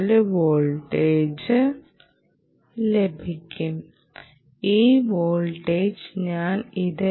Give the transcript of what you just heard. ഈ വോൾട്ടേജ് നോയ്സും റിപ്പിളും സഹിക്കാൻ കഴിയുന്ന ലോഡുകളിലേക്ക് ഞാൻ ബന്ധിപ്പിക്കും